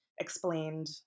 explained